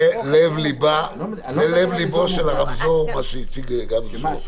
זה לב לבו של הרמזור, מה שהציג פרופסור גמזו.